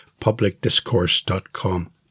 publicdiscourse.com